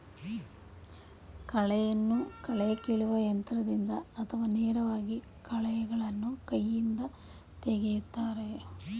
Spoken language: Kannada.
ಕಳೆಯನ್ನು ಕಳೆ ಕೀಲುವ ಯಂತ್ರದಿಂದ ಅಥವಾ ನೇರವಾಗಿ ಕಳೆಗಳನ್ನು ಕೈಯಿಂದ ತೆಗೆಯುತ್ತಾರೆ